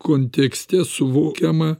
kontekste suvokiamą